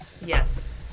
Yes